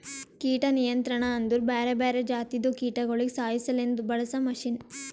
ಕೀಟ ನಿಯಂತ್ರಣ ಅಂದುರ್ ಬ್ಯಾರೆ ಬ್ಯಾರೆ ಜಾತಿದು ಕೀಟಗೊಳಿಗ್ ಸಾಯಿಸಾಸಲೆಂದ್ ಬಳಸ ಮಷೀನ್